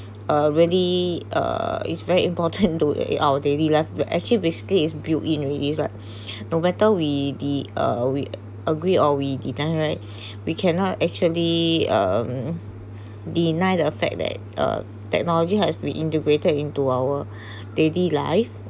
uh really uh it's very important to our daily life actually basically is built in released right no matter we d~ uh we agree or we deny right we cannot actually um deny the effect that uh technology has been integrated into our daily life